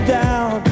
down